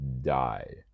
die